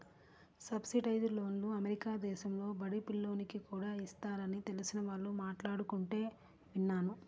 subsidised లోన్లు America దేశంలో బడి పిల్లోనికి కూడా ఇస్తారని తెలిసిన వాళ్ళు మాట్లాడుకుంటుంటే విన్నాను